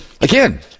Again